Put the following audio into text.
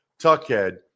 Tuckhead